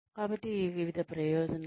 కాబట్టి వివిధ ప్రయోజనాలు